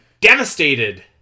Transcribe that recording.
Devastated